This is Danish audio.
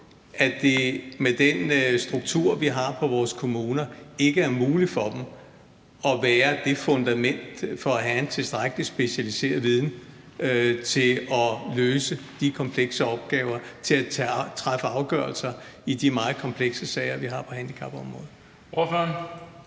at det med den struktur, vi har i forhold til vores kommuner, ikke er muligt for dem at være det fundament for at have en tilstrækkelig specialiseret viden til at løse de komplekse opgaver og til at træffe afgørelser i de meget komplekse sager, vi har på handicapområdet?